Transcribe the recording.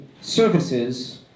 services